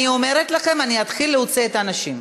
אני אומרת לכם, אני אתחיל להוציא את האנשים.